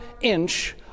inch